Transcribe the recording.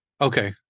Okay